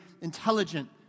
intelligent